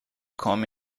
come